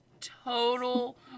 Total